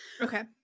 Okay